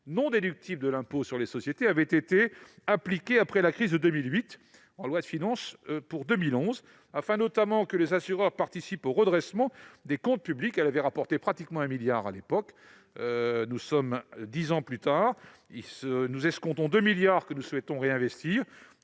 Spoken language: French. non déductible de l'impôt sur les sociétés avait été appliquée après la crise de 2008 en loi de finances, afin que les assureurs participent au redressement des comptes publics. Elle avait rapporté pratiquement un milliard d'euros à l'époque. Dix ans plus tard, nous escomptons 2 milliards d'euros que nous souhaitons réinvestir